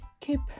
keep